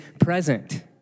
present